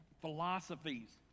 philosophies